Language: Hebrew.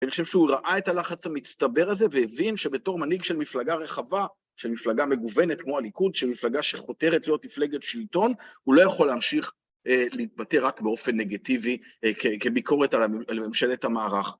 אני חושב שהוא ראה את הלחץ המצטבר הזה, והבין שבתור מנהיג של מפלגה רחבה, של מפלגה מגוונת כמו הליכוד, של מפלגה שחותרת להיות מפלגת שלטון, הוא לא יכול להמשיך להתבטא רק באופן נגטיבי, כביקורת על ממשלת המערך.